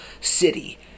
city